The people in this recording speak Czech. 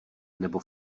nebo